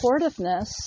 supportiveness